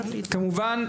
כמובן,